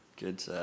good